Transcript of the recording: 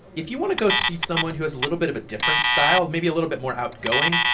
if you want to go see someone who has a little bit of a different style, maybe a little bit more outgoing,